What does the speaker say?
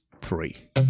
three